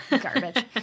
Garbage